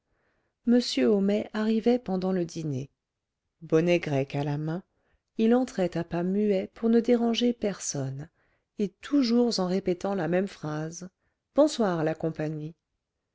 m homais arrivait pendant le dîner bonnet grec à la main il entrait à pas muets pour ne déranger personne et toujours en répétant la même phrase bonsoir la compagnie